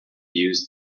used